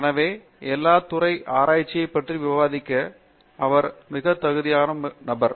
எனவே எல்லா துறை ஆராய்ச்சியைப் பற்றி விவாதிக்க இவர் தகுதி மிக்கவர்